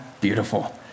Beautiful